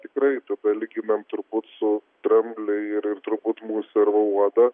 tikrai tada lyginam turbūt su dramblį ir turbūt musę arba uodą